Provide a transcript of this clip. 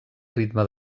ritme